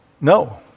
No